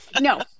no